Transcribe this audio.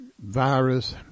virus